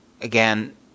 Again